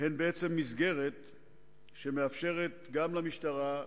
הן בעצם מסגרת שמאפשרת גם למשטרה,